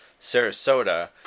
Sarasota